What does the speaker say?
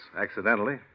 accidentally